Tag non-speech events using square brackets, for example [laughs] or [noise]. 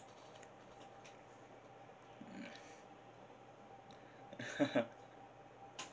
[laughs]